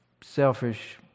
selfish